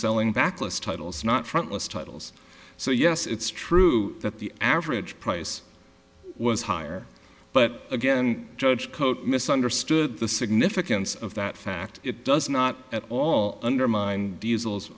selling backlist titles not front list titles so yes it's true that the average price was higher but again judge coach mis understood the significance of that fact it does not at all undermine